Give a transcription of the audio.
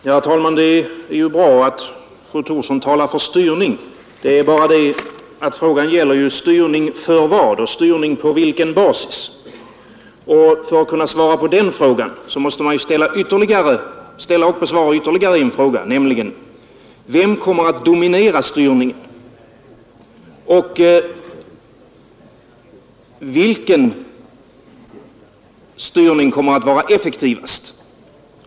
Herr talman! Det är ju bra att fru Thorsson talar för styrning. Det är bara det att frågan gäller: Styrning för vad och styrning på vilken basis? För att kunna svara på den frågan måste man ställa upp och besvara ytterligare en fråga, nämligen: Vem kommer att dominera styrningen? Vilken styrning kommer att vara effektivast?